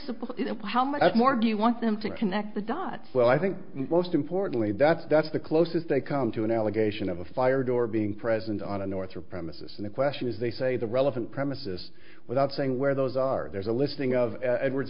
supposed how much more do you want them to connect the dots well i think most importantly that's the closest they come to an allegation of a fire door being present on the north or premises and the question is they say the relevant premises without saying where those are there's a listing of edwards